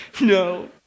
No